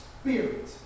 spirit